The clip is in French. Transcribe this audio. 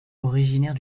originaire